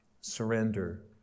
surrender